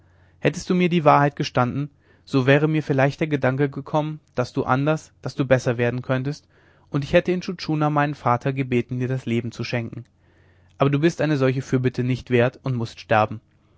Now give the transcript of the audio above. hättest du mir die wahrheit gestanden so wäre mir vielleicht der gedanke gekommen daß du anders daß du besser werden könntest und ich hätte intschu tschuna meinen vater gebeten dir das leben zu schenken aber du bist eine solche fürbitte nicht wert und mußt sterben